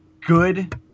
good